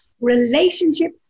Relationship